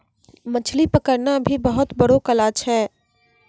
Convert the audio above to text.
मछली पकड़ना भी बहुत बड़ो कला छै